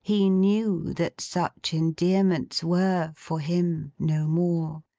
he knew that such endearments were, for him, no more.